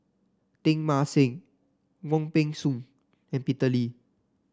Teng Mah Seng Wong Peng Soon and Peter Lee